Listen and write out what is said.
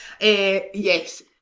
Yes